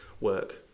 work